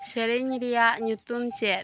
ᱥᱮᱨᱮᱧ ᱨᱮᱭᱟᱜ ᱧᱩᱛᱩᱢ ᱪᱮᱫ